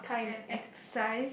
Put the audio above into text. and exercise